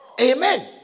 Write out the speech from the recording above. Amen